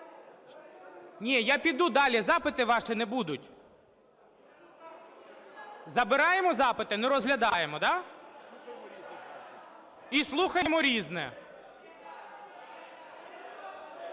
Ні, я піду далі, запити ваші не будуть. Забираємо запити, не розглядаємо, да? І слухаємо "Різне".